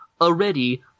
already